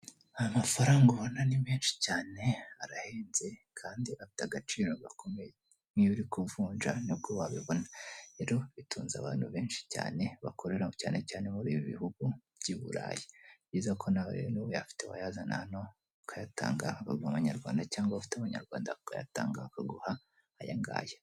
Amafaranga ubona ni menshi cyane, arahenze, kandi afite agaciro gakomeye. Iyo uri kuvunja ni bwo wabibona. Rero bitunze abantu benshi cyane bakorera cyane cyane muri ibi bihugu by'i Burayi. Nizere ko nawe rero niba uyafite wayazana hano ukayatanga bakaguya amanyarwanda, cyangwa waba ufite amanyarwanda ukayatanga bakaguha ayangaya.